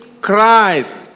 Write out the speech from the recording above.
Christ